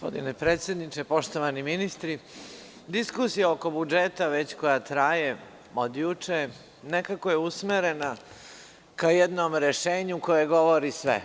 Gospodine predsedniče, poštovani ministri, diskusija oko budžeta koja traje od juče nekako je usmerena ka jednom rešenju koje govori sve.